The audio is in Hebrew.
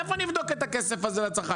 מאיפה אני אבדוק את הכסף הזה לצרכן?